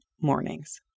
mornings